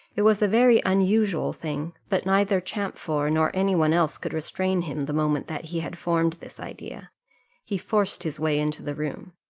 it was a very unusual thing, but neither champfort nor any one else could restrain him, the moment that he had formed this idea he forced his way into the room.